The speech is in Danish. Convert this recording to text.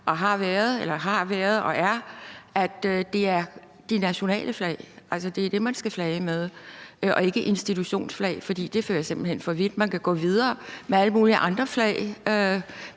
Folkepartis holdning har været og er, at det er det nationale flag, man skal flage med, og ikke institutionsflag, for det fører simpelt hen for vidt. Man kan gå videre med alle mulige andre flag: